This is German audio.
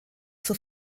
zur